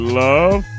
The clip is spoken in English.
love